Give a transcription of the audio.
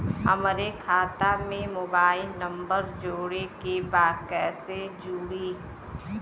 हमारे खाता मे मोबाइल नम्बर जोड़े के बा कैसे जुड़ी?